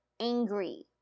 angry